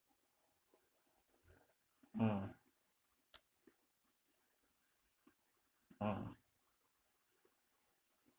mm mm